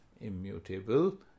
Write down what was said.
immutable